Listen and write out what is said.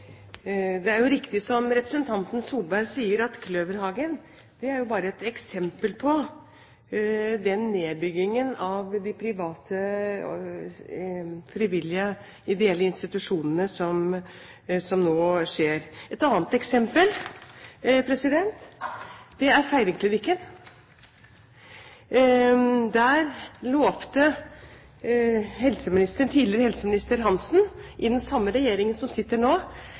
Det er jo riktig som representanten Solberg sier, at Kløverhagen bare er ett eksempel på den nedbyggingen av de private, frivillige, ideelle institusjonene som nå skjer. Et annet eksempel er Feiringklinikken. Tidligere helseminister Hanssen, i den samme regjeringen som sitter nå,